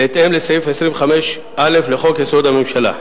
בהתאם לסעיף 25(א) לחוק-יסוד: הממשלה.